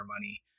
money